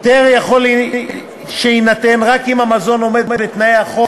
היתר יכול שיינתן רק אם המזון עומד בתנאי החוק